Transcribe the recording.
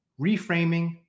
reframing